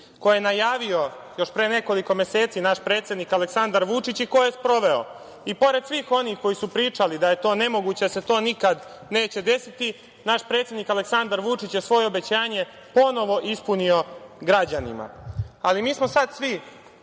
koje je najavio još pre nekoliko meseci naš predsednik Aleksandar Vučić i koje je sproveo. I pored svih onih koji su pričali da je to nemoguće, da se to nikad neće desiti, naš predsednik Aleksandar Vučić je svoje obećanje ponovo ispunio građanima. Mi smo sad svi